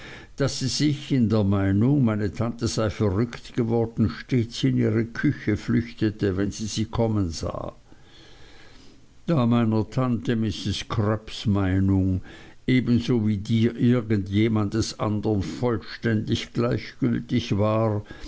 daß sie sich in der meinung meine tante sei verrückt geworden stets in ihre küche flüchtete wenn sie sie kommen sah da meiner tante mrs crupps meinung ebenso wie die irgend jemand andern vollständig gleichgültig war